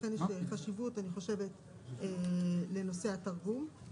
לכן יש חשיבות לנושא התרגום.